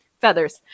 feathers